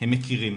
הם מכירים,